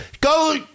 Go